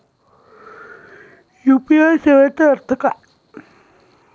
UPI सेवेचा अर्थ काय?